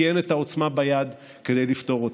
כי אין את העוצמה ביד כדי לפתור אותם.